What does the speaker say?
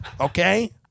okay